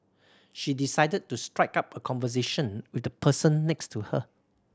she decided to strike up a conversation with the person next to her